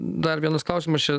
dar vienas klausimas čia